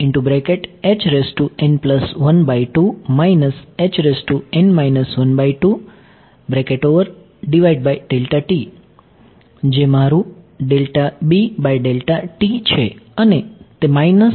તેથી જે મારું છે અને તે ની સમાન બનશે